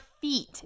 feet